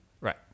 Right